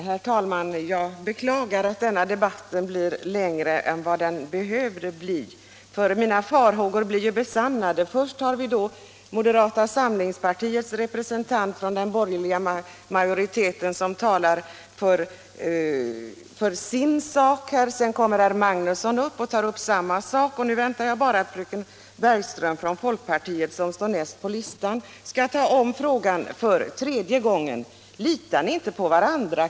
Herr talman! Jag beklagar att denna debatt blir längre än vad den behövde bli. Mina farhågor blir besannade. Först har vi moderata sam lingspartiets representant i den borgerliga majoriteten som talar för sin sak. Sedan kommer herr Magnusson i Nennesholm och tar upp samma sak. Nu väntar jag bara på att fröken Bergström från folkpartiet, som står härnäst på talarlistan, skall ta om frågan för tredje gången. Litar ni inte på varandra?